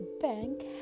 bank